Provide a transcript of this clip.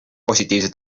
positiivse